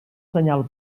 senyal